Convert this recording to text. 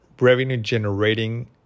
revenue-generating